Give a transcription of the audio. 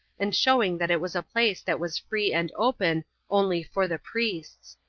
and showing that it was a place that was free and open only for the priests.